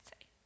say